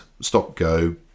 stop-go